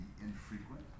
infrequent